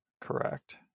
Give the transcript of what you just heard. Correct